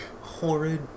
horrid